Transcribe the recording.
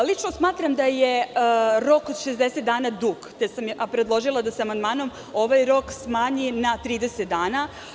Lično smatram da je rok od 60 dana dug, pa sam predložila da se amandmanom ovaj rok smanji na 30 dana.